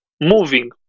moving